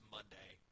Monday